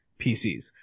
pcs